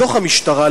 בתוך המשטרה,